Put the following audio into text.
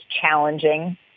challenging